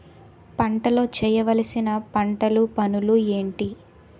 పంటలో చేయవలసిన పంటలు పనులు ఏంటి?